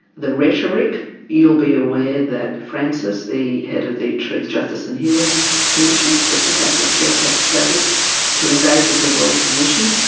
the rhetoric, you'll be aware that francis, the head of the truth, justice and healing commission that the catholic church has established to engage with the royal commission,